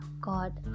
God